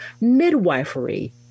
midwifery